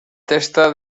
testa